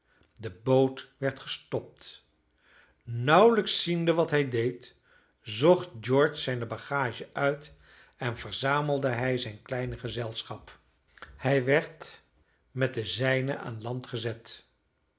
de klok luidde de boot werd gestopt nauwelijks ziende wat hij deed zocht george zijne bagage uit en verzamelde hij zijn klein gezelschap hij werd met de zijnen aan land gezet